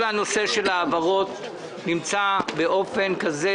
כל נושא ההעברות נמצא באופן כזה,